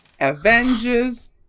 avengers